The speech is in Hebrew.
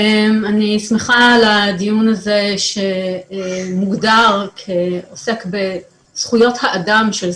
אני שמחה על הדיון הזה שמוגדר כעוסק בזכויות האדם של זקנים.